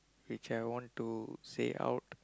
which I want to say out